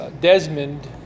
Desmond